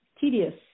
tedious